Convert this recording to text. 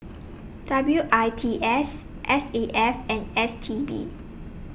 W I T S S A F and S T B